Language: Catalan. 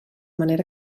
manera